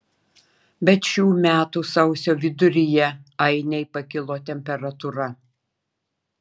bet šių metų sausio viduryje ainei pakilo temperatūra